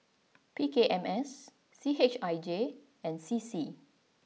P K M S C H I J and C C